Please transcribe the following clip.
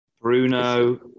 Bruno